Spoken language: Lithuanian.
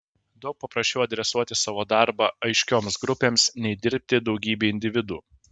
daug paprasčiau adresuoti savo darbą aiškioms grupėms nei dirbti daugybei individų